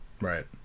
Right